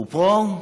הוא פה?